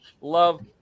love